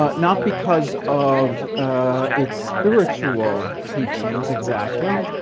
but not because of its spiritual teachings, exactly,